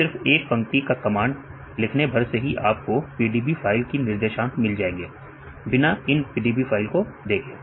तो सिर्फ एक पंक्ति का कमांड लिखने भर से ही आपको PDB फाइल की निर्देशांक मिल जाएंगे बिना इन PDB फाइल को देखें